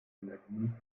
energien